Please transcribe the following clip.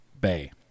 bay